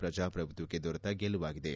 ಪ್ರಜಾಪ್ರಭುತ್ವಕ್ಕೆ ದೊರೆತ ಗೆಲುವಾಗಿದೆ